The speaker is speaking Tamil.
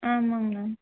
ஆமாம்ங்கண்ணா